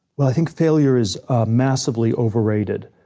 well, i think failure is massively overrated.